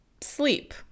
sleep